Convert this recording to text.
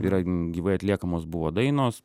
yra gyvai atliekamos buvo dainos